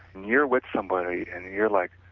you are with somebody and you are like,